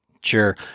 Sure